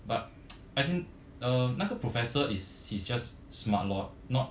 but as in uh 那个 professor is he's just smart lor not